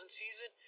season